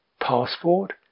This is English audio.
passport